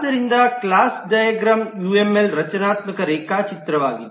ಆದ್ದರಿಂದ ಕ್ಲಾಸ್ ಡೈಗ್ರಾಮ್ವು ಯುಎಂಎಲ್ ರಚನಾತ್ಮಕ ರೇಖಾಚಿತ್ರವಾಗಿದೆ